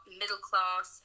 middle-class